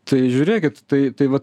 tai žiūrėkit tai tai va